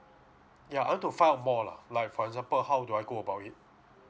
yeah I want to find out more lah like for example how do I go about it